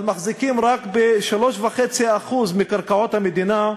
אבל מחזיקים רק ב-3.5% מקרקעות המדינה.